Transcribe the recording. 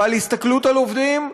ועל הסתכלות על עובדים,